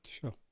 Sure